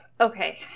Okay